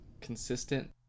consistent